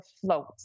float